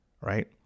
Right